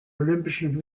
olympischen